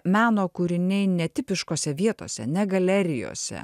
meno kūriniai netipiškose vietose ne galerijose